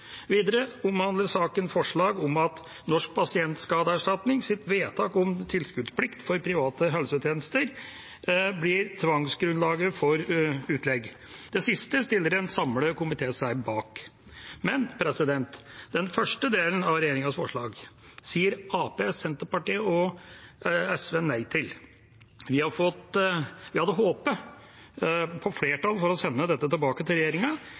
Videre omhandler saken forslag om at Norsk pasientskadeerstatnings vedtak om tilskuddsplikt for private helsetjenester blir tvangsgrunnlag for utlegg. Det siste stiller en samlet komité seg bak. Den første delen av regjeringas forslag sier Arbeiderpartiet, Senterpartiet og SV nei til. Vi hadde håpet å få flertall for å sende dette tilbake til regjeringa,